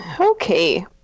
Okay